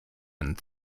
and